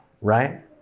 right